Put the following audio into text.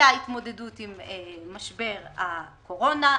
הייתה התמודדות עם משבר הקורונה,